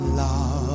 love